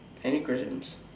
any questions